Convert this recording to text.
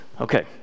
Okay